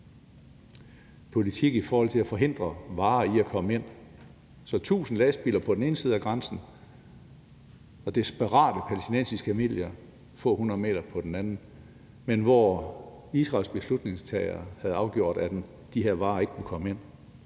politik i forhold til at forhindre varer i at komme ind. Der var tusind lastbiler på den ene side af grænsen og desperate palæstinensiske familier få hundrede meter derfra på den anden, men Israels beslutningstagere havde afgjort, at de her varer ikke måtte komme ind.